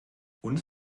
uns